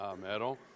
medal